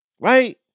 Right